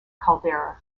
caldera